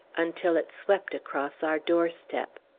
until it swept across our doorstep.